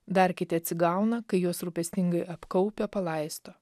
dar kiti atsigauna kai juos rūpestingai apkaupia palaisto